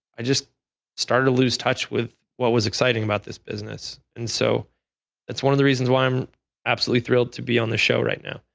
i just started to lose touch with what was exciting about this business. and so that's one of the reasons why i'm absolutely thrilled to be on the show right now.